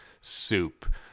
soup